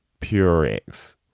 Purex